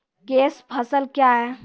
Cash फसल क्या हैं?